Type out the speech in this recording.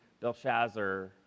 Belshazzar